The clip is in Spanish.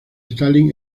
stalin